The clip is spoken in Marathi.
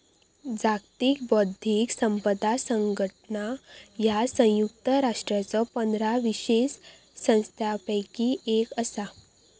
जागतिक बौद्धिक संपदा संघटना ह्या संयुक्त राष्ट्रांच्यो पंधरा विशेष संस्थांपैकी एक असा